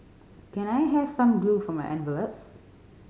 can I have some glue for my envelopes